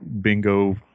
bingo